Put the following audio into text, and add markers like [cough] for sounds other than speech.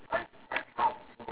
[noise]